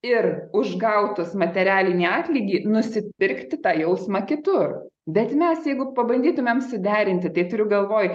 ir už gautus materialinį atlygį nusipirkti tą jausmą kitur bet mes jeigu pabandytumėm suderinti tai turiu galvoj